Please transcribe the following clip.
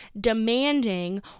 demanding